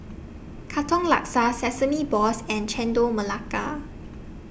Katong Laksa Sesame Balls and Chendol Melaka